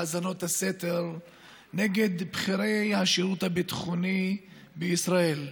האזנות הסתר נגד בכירי השירות הביטחוני בישראל ואמר: